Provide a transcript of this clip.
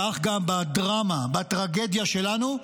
כך גם בדרמה, בטרגדיה שלנו,